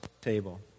table